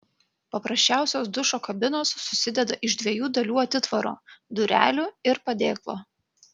paprasčiausios dušo kabinos susideda iš dviejų dalių atitvaro durelių ir padėklo